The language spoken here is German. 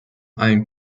allen